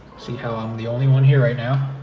see how i'm the only one here right now.